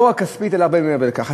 לא רק כספית אלא הרבה מעבר לכך.